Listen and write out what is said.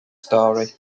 story